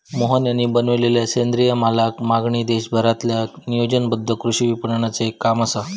मोहन यांनी बनवलेलला सेंद्रिय मालाक मागणी देशभरातील्या नियोजनबद्ध कृषी विपणनाचे एक काम असा